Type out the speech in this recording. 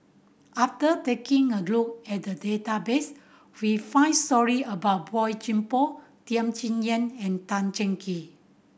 after taking a look at the database we found story about Boey Chuan Poh Tham Sien Yen and Tan Cheng Kee